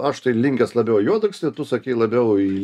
aš tai linkęs labiau juodalksnių tu sakei labiau į